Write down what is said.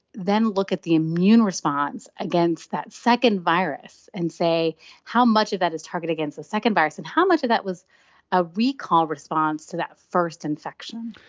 then look at the immune response against that second virus and say how much of that is targeted against the second virus, and how much of that was a recall response to that first infection.